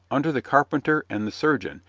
under the carpenter and the surgeon,